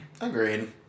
Agreed